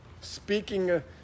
speaking